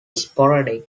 sporadic